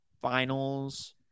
finals